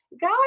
God